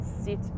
sit